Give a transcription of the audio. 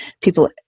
people